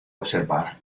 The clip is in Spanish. observar